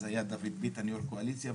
אז היה דוד ביטן יו"ר קואליציה,